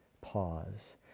Pause